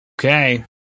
Okay